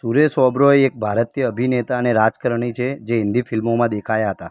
સુરેશ ઓબેરોય એક ભારતીય અભિનેતા અને રાજકારણી છે જે હિન્દી ફિલ્મોમાં દેખાયા હતાં